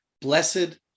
Blessed